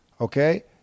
Okay